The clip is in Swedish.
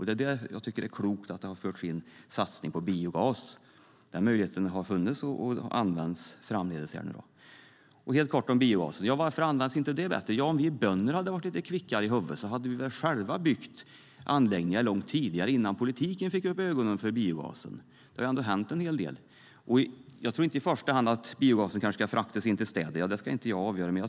Därför tycker jag att det är klokt att det har förts in satsning på biogas. Den möjligheten har funnits och används framdeles. Helt kort om biogas: Varför används den inte bättre? Ja, om vi bönder hade varit lite kvickare i huvudet hade vi väl själva byggt anläggningar långt tidigare, innan politiken fick upp ögonen för biogasen. Det har ändå hänt en hel del. Jag tror inte i första hand att biogasen ska fraktas in till städerna, även om inte jag ska avgöra det.